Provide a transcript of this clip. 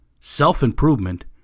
self-improvement